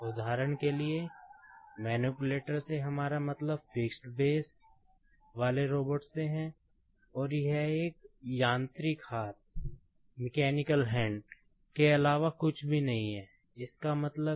उदाहरण के लिए मैनिप्युलेटर है